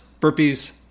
burpees